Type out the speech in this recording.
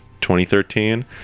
2013